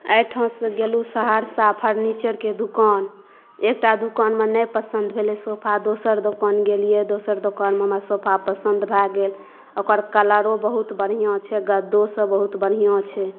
एहिठामसँ गेलहुॅं सहरसा फर्नीचरके दुकान एकटा दुकानमे नहि पसन्द भेलै सोफा दोसर दोकान गेलियै दोसर दोकानमे हमरा सोफा पसन्द भए गेल ओकर कलरो बहुत बढ़िऑं छै आ गद्दो सब बहुत बढ़िऑं छै